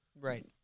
Right